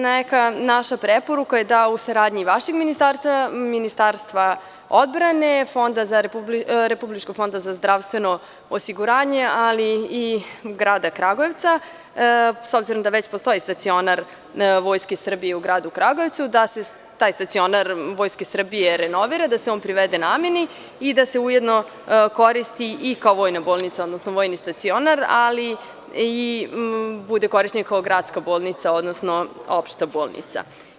Neka naša preporuka je da u saradnji vašeg ministarstva, Ministarstva odbrane, RFZO-a, ali i grada Kragujevca, s obzirom da već postoji stacionar Vojske Srbije u gradu Kragujevcu, da se taj stacionar Vojske Srbije renovira, da se on privede nameni i da se ujedno koristi i kao vojna bolnica, odnosno vojni stacionar, ali bude korišćen kao gradska bolnica, odnosno opšta bolnica.